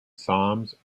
psalms